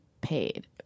paid